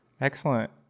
Excellent